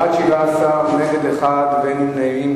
בעד, 17, נגד, 1, ואין נמנעים.